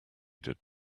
did